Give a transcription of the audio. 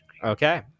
Okay